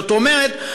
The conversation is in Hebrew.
זאת אומרת,